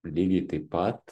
lygiai taip pat